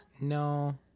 No